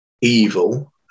evil